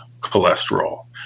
cholesterol